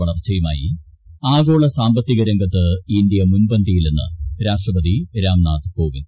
വളർച്ചയുമായി ആഗോള സാമ്പത്തിക രംഗത്ത് ഇന്ത്യ മുൻപന്തിയിലെന്ന് രാഷ്ട്രപതി രാംനാഥ് കോവിന്ദ്